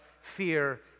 fear